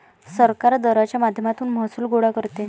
सरकार दराच्या माध्यमातून महसूल गोळा करते